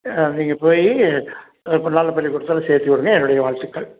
ஆ நீங்கள் போய் ப நல்ல பள்ளிக்கூடத்தில் சேர்த்திவிடுங்க என்னுடைய வாழ்த்துக்கள்